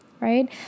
right